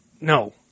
no